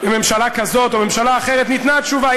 ממשלה כזאת או ממשלה אחרת, ניתנה תשובה.